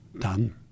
done